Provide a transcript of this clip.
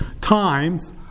times